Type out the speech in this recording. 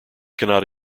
cannot